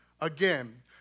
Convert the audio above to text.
Again